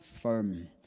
firm